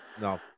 No